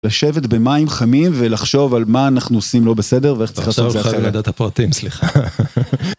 לשבת במים חמים ולחשוב על מה אנחנו עושים לא בסדר ואיך צריך לעשות את זה אחרת. עכשיו אנחנו חייבים לדעת את הפרטים, סליחה.